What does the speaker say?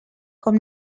com